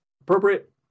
appropriate